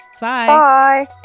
Bye